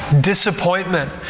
Disappointment